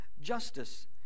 justice